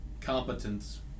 Competence